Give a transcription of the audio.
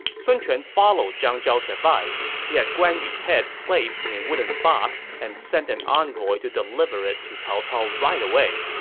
sun quan followed zhang zhao's advice. he had guan yu's head placed in a wooden box and sent an envoy to deliver it to cao cao right away.